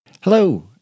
Hello